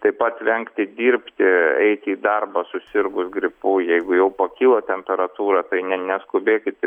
taip pat vengti dirbti eiti į darbą susirgus gripu jeigu jau pakilo temperatūra tai ne neskubėkit